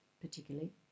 particularly